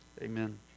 amen